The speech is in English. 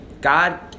God